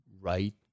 right